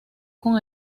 con